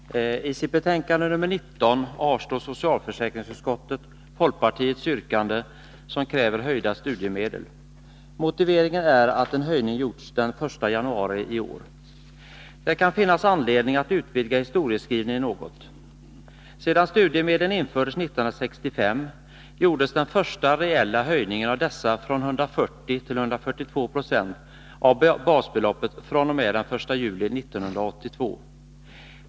Herr talman! I sitt betänkande nr 19 avstyrker socialförsäkringsutskottet folkpartiets yrkande som kräver höjda studiemedel. Motiveringen är att en höjning gjorts den 1 januari i år. Det kan finnas anledning att utvidga historieskrivningen något. Sedan studiemedlen infördes 1965 gjordes den första reella höjningen av dessa från 140 till 142 26 av basbeloppet fr.o.m. den första juli 1982.